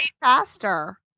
faster